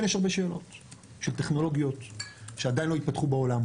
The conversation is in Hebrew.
יש הרבה שאלות של טכנולוגיות שעדיין לא התפתחו בעולם,